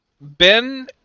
Ben